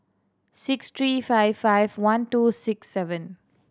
six three five five one two six seven